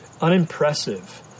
unimpressive